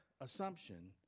assumption